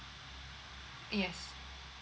yes